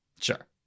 sure